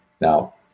Now